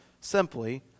simply